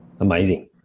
Amazing